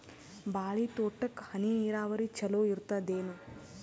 ಬಾಳಿ ತೋಟಕ್ಕ ಹನಿ ನೀರಾವರಿ ಚಲೋ ಇರತದೇನು?